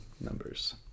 Numbers